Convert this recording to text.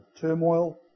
turmoil